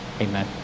Amen